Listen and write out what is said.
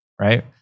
right